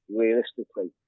realistically